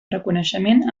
reconeixement